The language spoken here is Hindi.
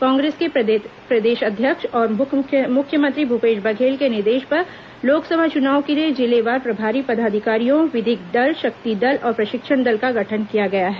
कांग्रेस के प्रदेश अध्यक्ष और मुख्यमंत्री भूपेश बघेल के निर्देश पर लोकसभा चुनाव के लिए जिलेवार प्रभारी पदाधिकारियों विधिक दल शक्ति दल और प्रशिक्षण दल का गठन किया गया है